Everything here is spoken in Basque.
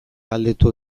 galdetu